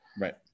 Right